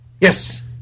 Yes